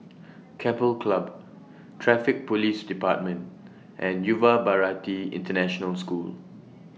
Keppel Club Traffic Police department and Yuva Bharati International School